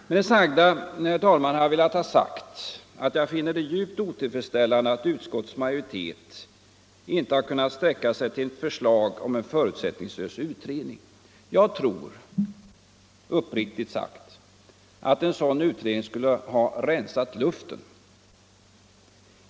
Med detta har jag velat ha sagt att jag finner det djupt otillfredsställande att utskottets majoritet inte kunnat sträcka sig till ett förslag om en förutsättningslös utredning. Jag tror uppriktigt att en sådan utredning skulle ha rensat luften.